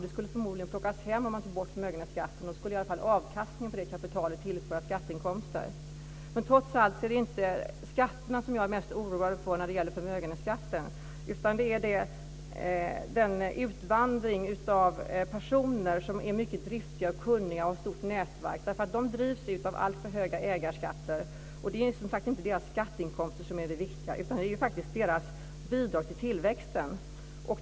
Det skulle förmodligen plockas hem om man tog bort förmögenhetsskatten, och då skulle i alla fall avkastningen på kapitalet tillföra skatteinkomster. Trots allt är det inte förmögenhetsskatterna som jag är mest oroad för, utan det är den utvandring av personer som är mycket driftiga och kunniga och som har ett stort nätverk. De drivs ut av alltför höga ägarskatter. Det är inte deras skatteinkomster som är det viktiga, utan det är deras bidrag till tillväxten.